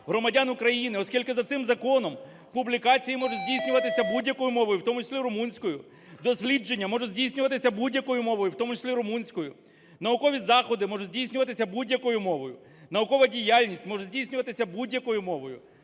громадян України, оскільки за цим законом публікації можуть здійснюватися будь-якою мовою, в тому числі румунською. Дослідження можуть здійснюватися будь-якою мовою, в тому числі румунською. Наукові заходи можуть здійснюватися будь-якою мовою. Наукова діяльність може здійснюватися будь-якою мовою.